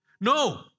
No